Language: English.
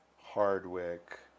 Hardwick